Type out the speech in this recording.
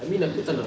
I mean aku tak nak